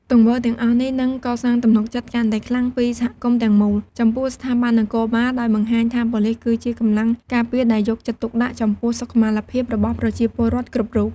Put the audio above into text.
ទង្វើទាំងអស់នេះនឹងកសាងទំនុកចិត្តកាន់តែខ្លាំងពីសហគមន៍ទាំងមូល ចំពោះស្ថាប័ននគរបាលដោយបង្ហាញថាប៉ូលិសគឺជាកម្លាំងការពារដែលយកចិត្តទុកដាក់ចំពោះសុខុមាលភាពរបស់ប្រជាពលរដ្ឋគ្រប់រូប។